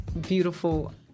beautiful